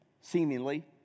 seemingly